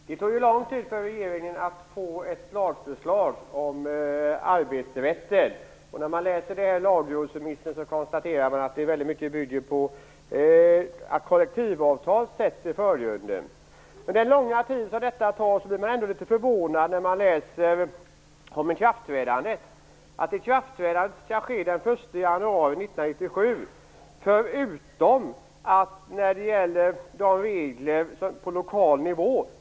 Fru talman! Jag skulle vilja ställa en fråga till biträdande arbetsmarknadsminister Ulrica Messing. Det tog ju lång tid för regeringen att få fram ett lagförslag om arbetsrätten, och när man läser lagrådsremissen konstaterar man att väldigt mycket bygger på att kollektivavtal sätts i förgrunden. Med den långa tid som detta har tagit blir man ändå litet förvånad när man läser om ikraftträdandet. Ikraftträdandet skall ske den 1 januari 1997 förutom när det gäller reglerna på lokal nivå.